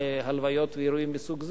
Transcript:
הלוויות ואירועים מסוג זה,